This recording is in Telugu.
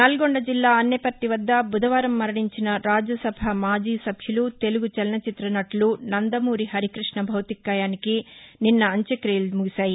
నల్గొండ జిల్లా అన్నెపర్తి వద్ద బుధవారం మరణించిన రాజ్యసభ మాజీ సభ్యులు తెలుగు చలనచిత్ర నటులు నందమూరి హరికృష్ణ భౌతికకాయానికి నిన్న అంత్యక్రియలు ముగిశాయి